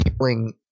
killing